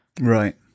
Right